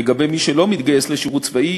לגבי מי שלא מתגייס לשירות צבאי,